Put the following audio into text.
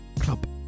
club